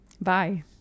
Bye